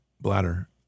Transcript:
bladder